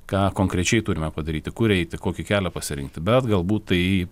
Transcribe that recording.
ką konkrečiai turime padaryti kur eiti kokį kelią pasirinkti bet galbūt tai